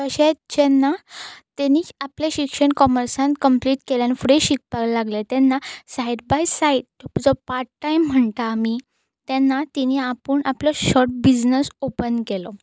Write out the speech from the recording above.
तशेंच जेन्ना तेणीं आपलें शिक्षण कॉमर्सान कम्प्लीट केलें आनी फुडें शिकपाक लागलें तेन्ना सायड बाय सायड जो पार्ट टायम म्हणटा आमी तेन्ना तेणी आपूण आपलो शॉर्ट बिझनस ओपन केलो